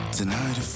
Tonight